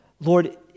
Lord